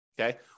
Okay